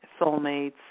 soulmates